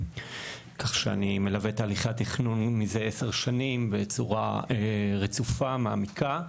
כך שאני מלווה את תהליכי התכנון מזה 10 שנים בצורה רצופה ומעמיקה.